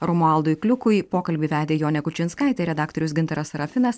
romualdui kliukui pokalbį vedė jonė kučinskaitė redaktorius gintaras serafinas